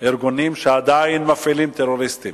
ארגונים שעדיין מפעילים טרוריסטים,